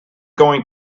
going